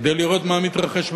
כדי לראות מה מתרחש במקום.